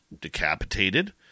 decapitated